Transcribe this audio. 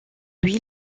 lui